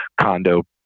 condo